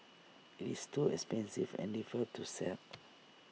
IT is too expensive and difficult to sell